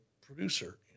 producer